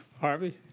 Harvey